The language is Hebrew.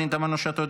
פנינה תמנה שטה,